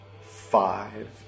five